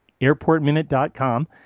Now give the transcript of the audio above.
airportminute.com